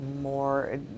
more